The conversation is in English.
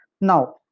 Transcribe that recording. Now